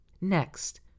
Next